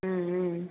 ம் ம்